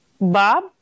Bob